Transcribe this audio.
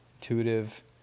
intuitive